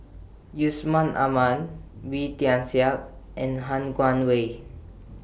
Yusman Aman Wee Tian Siak and Han Guangwei